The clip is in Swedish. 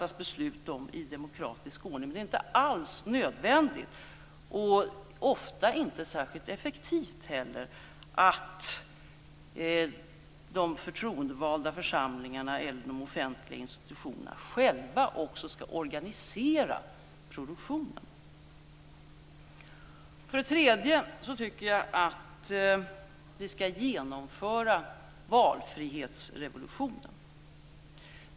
Men det är inte alls nödvändigt, och ofta inte heller särskilt effektivt, att de förtroendevalda församlingarna eller de offentliga institutionerna också skall organisera produktionen själva. För det tredje tycker jag att vi skall genomföra valfrihetsrevolutionen.